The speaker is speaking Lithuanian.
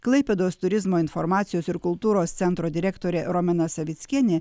klaipėdos turizmo informacijos ir kultūros centro direktorė romena savickienė